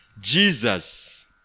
Jesus